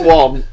one